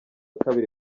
kabiri